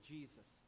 Jesus